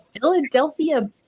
Philadelphia